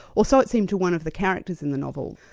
or so it seemed to one of the characters in the novel,